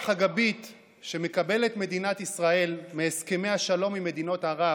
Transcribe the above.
הרוח הגבית שמקבלת מדינת ישראל מהסכמי השלום עם מדינות ערב